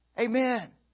Amen